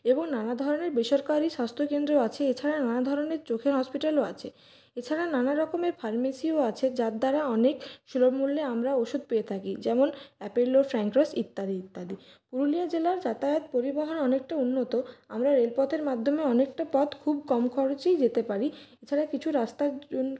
এবং নানা ধরনের বেসরকারি স্বাস্থ্যকেন্দ্র আছে এছাড়া নানা ধরনের চোখের হসপিটালও আছে এছাড়া নানা রকমের ফার্মেসিও আছে যার দ্বারা অনেক সুলভ মূল্যে আমরা ওষুধ পেয়ে থাকি যেমন অ্যাপেলো ফ্র্যাঙ্ক রোজ ইত্যাদি ইত্যাদি পুরুলিয়া জেলার যাতায়াত পরিবহন অনেকটা উন্নত আমরা রেলপথের মাধ্যমে অনেকটা পথ খুব কম খরচেই যেতে পারি এছাড়া কিছু রাস্তার জন্য